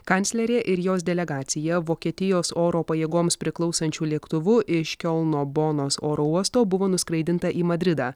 kanclerė ir jos delegacija vokietijos oro pajėgoms priklausančiu lėktuvu iš kiolno bonos oro uosto buvo nuskraidinta į madridą